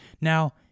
Now